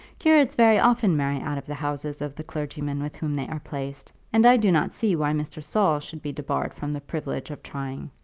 curates very often marry out of the houses of the clergymen with whom they are placed, and i do not see why mr. saul should be debarred from the privilege of trying.